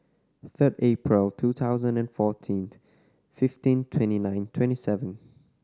third April two thousand and fourteen fifteen twenty nine twenty seven